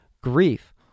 grief